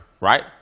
right